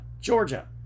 Georgia